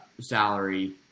salary